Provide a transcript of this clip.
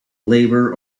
labor